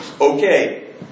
Okay